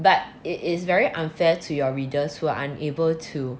but it is very unfair to your readers who are unable to